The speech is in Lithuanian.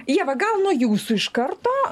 ieva gal nuo jūsų iš karto